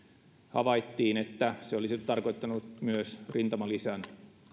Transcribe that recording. havaittiin että se olisi tarkoittanut myös rintamalisän